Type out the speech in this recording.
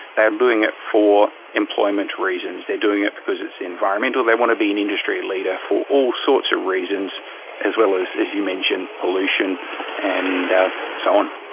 they are doing it for employment reasons doing it because it's environmental, they want to be an industry leader for all sorts of reasons as well as, as you mentioned, pollution and so on.